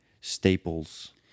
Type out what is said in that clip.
Staples